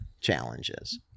challenges